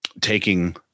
taking